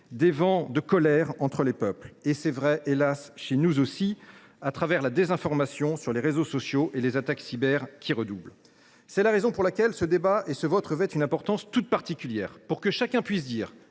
des vents de colère entre les peuples. Et c’est vrai, hélas ! chez nous aussi, l’entreprise de désinformation conduite sur les réseaux sociaux et les attaques cyber, qui redoublent. C’est la raison pour laquelle ce débat et ce vote revêtent une importance toute particulière. Ainsi chacun pourra